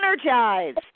energized